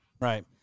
right